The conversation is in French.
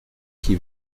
qui